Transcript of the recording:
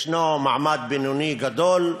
יש מעמד בינוני גדול,